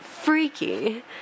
Freaky